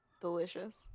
delicious